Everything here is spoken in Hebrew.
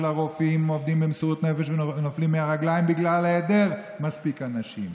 הרופאים עובדים במסירות נפש ונופלים מהרגליים בגלל היעדר מספיק אנשים.